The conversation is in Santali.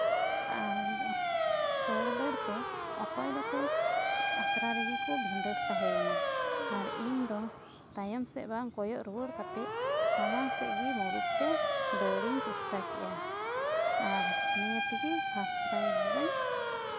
ᱟᱨ ᱫᱟᱹᱲ ᱫᱟᱹᱲ ᱛᱮ ᱚᱠᱚᱭ ᱫᱚᱠᱚ ᱟᱛᱨᱟ ᱨᱮᱜᱮ ᱠᱚ ᱵᱷᱤᱸᱫᱟᱹᱲ ᱛᱟᱦᱮᱸᱭᱮᱱᱟ ᱟᱨ ᱤᱧᱫᱚ ᱛᱟᱭᱚᱢ ᱥᱮᱫ ᱵᱟᱝ ᱠᱚᱭᱚᱜ ᱴᱩᱣᱟᱹᱲ ᱠᱟᱛᱮᱫ ᱥᱟᱢᱟᱝ ᱥᱮᱫ ᱜᱮ ᱫᱟᱹᱲ ᱤᱧ ᱪᱮᱥᱴᱟ ᱠᱮᱫᱟ ᱟᱨ ᱱᱤᱭᱟᱹ ᱛᱮᱜᱮ ᱯᱷᱟᱥᱴ ᱯᱨᱟᱭᱤᱡᱽ ᱫᱚᱧ